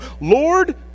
Lord